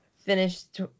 finished